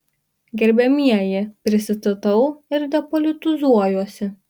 gerbiamieji prisistatau ir depolitizuojuosi